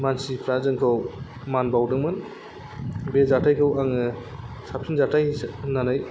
मानसिफ्रा जोंखौ मानबावदोंमोन बे जाथायखौ आङो साबसिन जाथाय होननानै